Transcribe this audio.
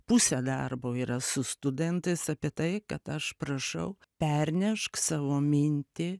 pusė darbo yra su studentais apie tai kad aš prašau pernešk savo mintį